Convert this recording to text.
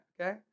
Okay